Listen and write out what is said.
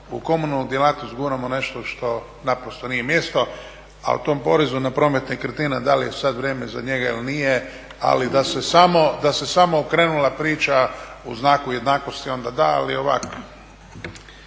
u komunalnu djelatnost guramo nešto što naprosto nije mjesto, a u tom porezu na promet nekretnina da li je sad vrijeme za njega ili nije, ali da se samo okrenula priča u znaku jednakosti, onda da, ali ovak.